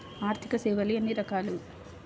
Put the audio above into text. ఆర్థిక సేవలు ఎన్ని రకాలు?